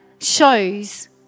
shows